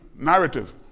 narrative